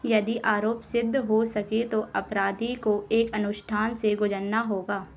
यदि आरोप सिद्ध हो सके तो अपराधी को एक अनुष्ठान से गुजरना होगा